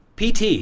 PT